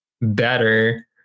better